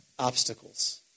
obstacles